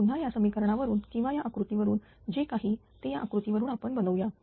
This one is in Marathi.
तर पुन्हा या समिकरणा वरून किंवा या आकृतीवरून जे काही ते या आकृतीवरून आपण बनवूया